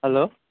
hello